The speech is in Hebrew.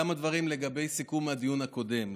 כמה דברים לגבי סיכום הדיון הקודם,